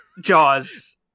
Jaws